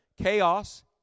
Chaos